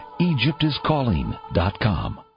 EgyptIsCalling.com